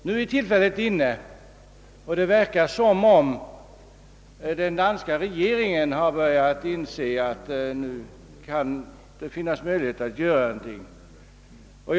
Nu är tillfället inne, och det verkar som om den danska regeringen har börjat inse att det finns möjlighet att göra någonting.